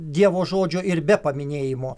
dievo žodžio ir be paminėjimo